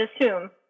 assume